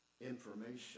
information